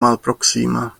malproksima